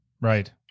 right